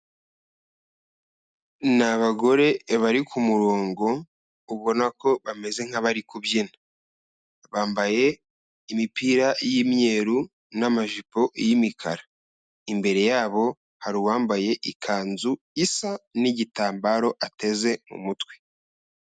Ni abagore bari k'umurongo ubona ko bameze nk'abari kubyina, bambaye imipira y'imyeru n'amajipo y'imikara, imbere ya bo hari uwambaye ikanzu isa n'igitambaro ateze umutwe.